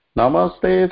Namaste